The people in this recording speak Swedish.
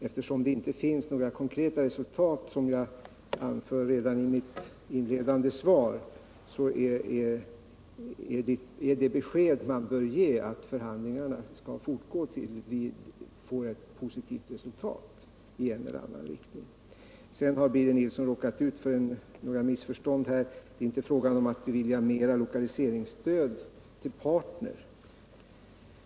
Eftersom det, som jag anförde redan i mitt inledande svar, inte finns några konkreta resultat är det skäl man bör ange att förhandlingarna skall fortgå tills vi uppnår ett positivt resultat i en eller annan riktning. Birger Nilsson har råkat ut för några missförstånd. Det är inte fråga om att bevilja mera lokaliseringsstöd till Partner.